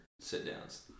sit-downs